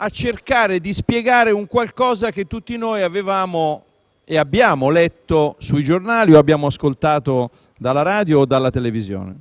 a cercare di spiegare qualcosa che tutti noi avevamo e abbiamo letto sui giornali o abbiamo ascoltato dalla radio o dalla televisione.